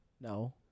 No